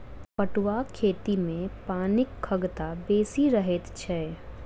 पटुआक खेती मे पानिक खगता बेसी रहैत छै